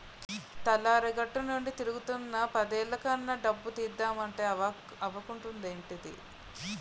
తెల్లారగట్టనుండి తిరుగుతున్నా పదేలు కన్నా డబ్బు తీద్దమంటే అవకుంటదేంటిదీ?